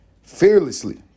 Fearlessly